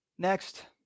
Next